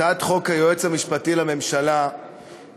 הצעת חוק היועץ המשפטי לממשלה (מינוי וכהונה),